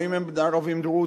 או אם הם ערבים דרוזים,